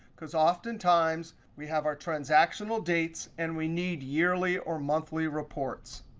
because, oftentimes, we have our transactional dates, and we need yearly or monthly reports.